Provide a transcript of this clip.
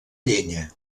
llenya